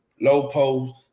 low-post